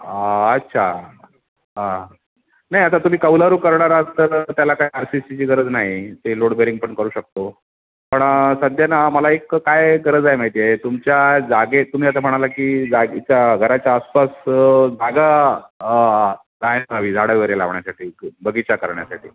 अच्छा नाही आं आता तुम्ही कौलरू करणार आत तर त्याला काही आर सी सीची गरज नाही ते लोडबेरिंग पण करू शकतो पण सध्या ना मला एक काय गरज आहे माहिती आहे तुमच्या जागेत तुम्ही आता म्हणाला की जागच्या घराच्या आसपास जागा हवी झाडं वगैरे लावण्यासाठी बगीचा करण्यासाठी